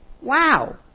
Wow